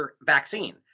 vaccine